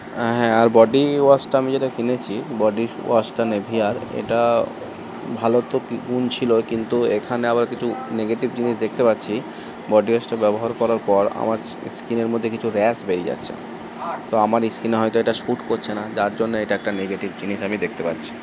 হ্যাঁ আর বডি ওয়াশটা আমি যেটা কিনেছি বডি ওয়াশটা নিভিয়ার এটা ভালোর তো গুণ ছিল কিন্তু এখানে আবার কিছু নেগেটিভ জিনিস দেখতে পাচ্ছি বডি ওয়াশটা ব্যবহার করার পর আমার স্কিনের মধ্যে কিছু র্যাশ বেরিয়ে যাচ্ছে তো আমার এই স্কিনে হয়তো এটা স্যুট করছে না যার জন্য এটা একটা নেগেটিভ জিনিস আমি দেখতে পাচ্ছি